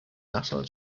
national